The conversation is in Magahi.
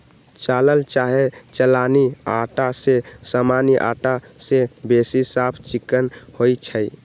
चालल चाहे चलानी अटा जे सामान्य अटा से बेशी साफ चिक्कन होइ छइ